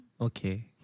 okay